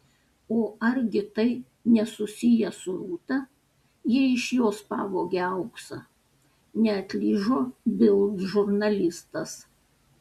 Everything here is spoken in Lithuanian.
o argi tai nesusiję su rūta jei iš jos pavogė auksą neatlyžo bild žurnalistas